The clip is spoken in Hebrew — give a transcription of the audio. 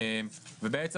ובעצם,